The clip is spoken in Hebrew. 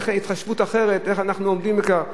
איך, התחשבות אחרת, איך אנחנו עומדים בכך?